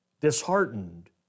Disheartened